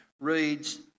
reads